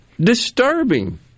disturbing